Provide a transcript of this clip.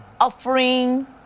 offering